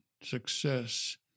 success